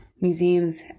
museums